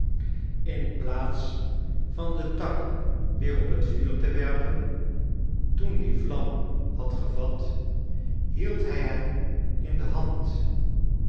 inplaats van den tak weer op het vuur te werpen toen die vlam had gevat hield hij hem in de hand